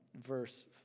verse